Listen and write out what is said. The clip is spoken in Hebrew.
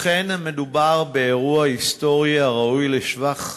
אכן, מדובר באירוע היסטורי הראוי לשבח.